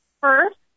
First